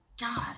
God